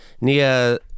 Nia